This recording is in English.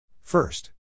first